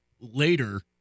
later